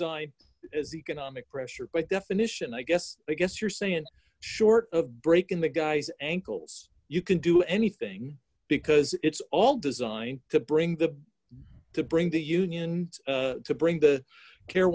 zine is economic pressure by definition i guess i guess you're saying short of break in the guy's ankles you can do anything because it's all designed to bring the to bring the union to bring the care